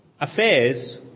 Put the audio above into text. affairs